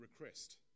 request